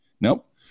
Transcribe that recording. Nope